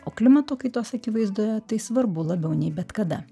o klimato kaitos akivaizdoje tai svarbu labiau nei bet kada